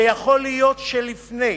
ויכול להיות שלפני,